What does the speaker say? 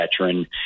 veteran